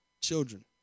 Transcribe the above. children